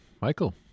Michael